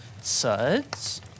suds